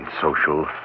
social